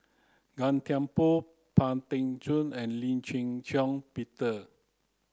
Gan Thiam Poh Pang Teck Joon and Lee Shih Shiong Peter